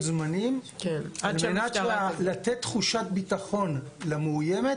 זמנים על מנת לתת תחושת ביטחון למאוימת